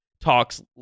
talks